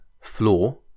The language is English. floor